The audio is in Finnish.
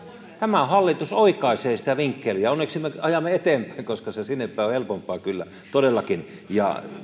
tämä hallitus oikaisee sitä vinkkeliä onneksi me ajamme eteenpäin koska sinnepäin se on helpompaa kyllä todellakin